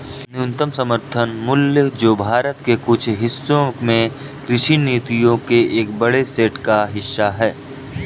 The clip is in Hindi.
न्यूनतम समर्थन मूल्य जो भारत के कुछ हिस्सों में कृषि नीतियों के एक बड़े सेट का हिस्सा है